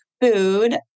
food